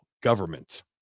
government